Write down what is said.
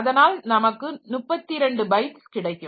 அதனால் நமக்கு 32 பைட்ஸ் கிடைக்கும்